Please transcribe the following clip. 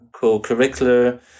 co-curricular